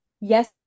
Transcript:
yes